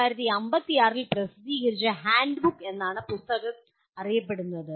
1956 ൽ പ്രസിദ്ധീകരിച്ച ഹാൻഡ്ബുക്ക് എന്നാണ് ഈ പുസ്തകം അറിയപ്പെടുന്നത്